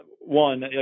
one